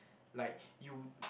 like you